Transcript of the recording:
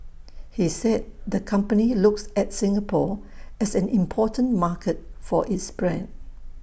he said the company looks at Singapore as an important market for its brand